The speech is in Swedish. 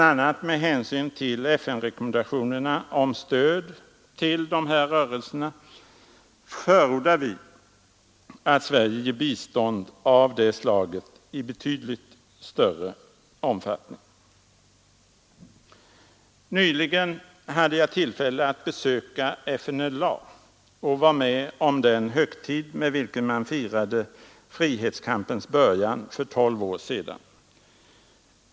a. med hänsyn till FN-rekommendationerna om stöd till dessa rörelser förordar vi att Sverige ger bistånd av detta slag i betydligt större omfattning. Nyligen hade jag tillfälle att besöka FNLA och vara med om den högtid med vilken man firade frihetskampens början för tolv år sedan.